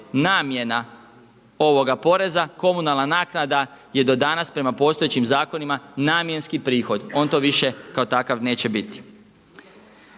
namjena ovoga poreza. Komunalna naknada je do danas prema postojećim zakonima namjenski prihod, on to više kao takav neće biti.